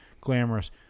glamorous